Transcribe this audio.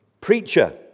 preacher